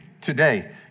today